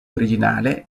originale